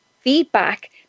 feedback